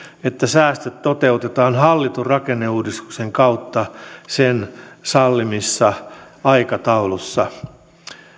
että säästöt toteutetaan hallitun rakenneuudistuksen kautta sen sallimassa aikataulussa